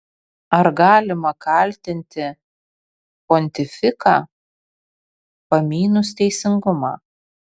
ar galima kaltinti pontifiką pamynus teisingumą